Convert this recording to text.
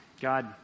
God